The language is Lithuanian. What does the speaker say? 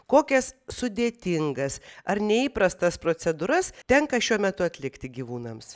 kokias sudėtingas ar neįprastas procedūras tenka šiuo metu atlikti gyvūnams